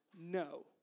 no